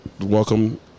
welcome